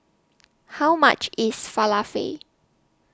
How much IS Falafel